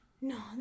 No